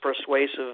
persuasive